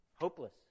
hopeless